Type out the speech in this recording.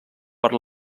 per